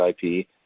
IP